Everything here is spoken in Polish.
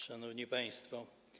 Szanowni Państwo!